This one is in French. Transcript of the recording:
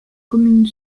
commune